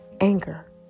anger